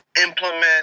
implement